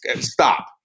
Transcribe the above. stop